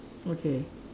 okay